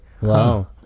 wow